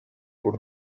por